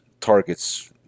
targets